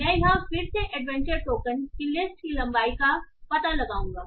मैं यहां फिर से एडवेंचर टोकन की लिस्ट की लंबाई का पता लगाऊंगा